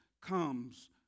comes